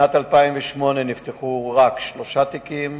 בשנת 2008 נפתחו רק שלושה תיקים,